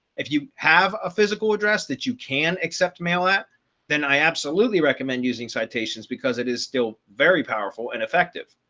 if you have a physical address that you can accept mail that then i absolutely recommend using citations because it is still very powerful and effective.